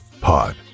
Pod